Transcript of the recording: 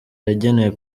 yagenewe